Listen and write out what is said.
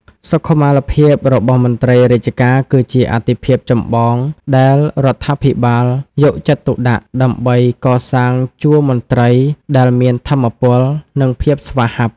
សុខុមាលភាពរបស់មន្ត្រីរាជការគឺជាអាទិភាពចម្បងដែលរដ្ឋាភិបាលយកចិត្តទុកដាក់ ដើម្បីកសាងជួរមន្ត្រីដែលមានថាមពល និងភាពស្វាហាប់។